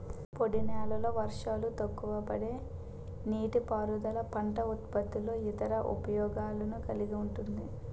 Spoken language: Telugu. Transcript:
పొడినేలల్లో వర్షాలు తక్కువపడే నీటిపారుదల పంట ఉత్పత్తుల్లో ఇతర ఉపయోగాలను కలిగి ఉంటుంది